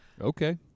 Okay